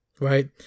Right